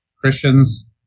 Christians